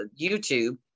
YouTube